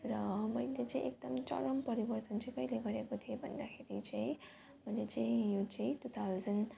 र मैले चाहिँ एकदम चरम परिवर्तन चाहिँ कहिले गरेको थिएँ भन्दाखेरि चाहिँ मैले चाहिँ यो चाहिँ टु थाउजन्ड